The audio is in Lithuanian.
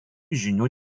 žinių